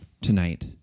tonight